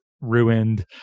ruined